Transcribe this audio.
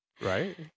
Right